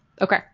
Okay